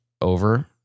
over